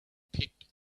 picked